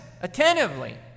attentively